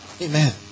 Amen